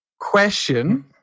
Question